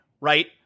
right